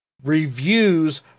reviews